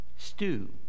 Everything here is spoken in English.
stew